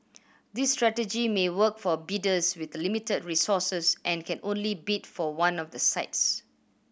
this strategy may work for bidders with limited resources and can only bid for one of the sites